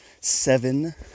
seven